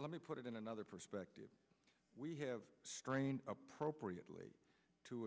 let me put it in another perspective we have strained appropriately to